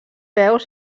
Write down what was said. peus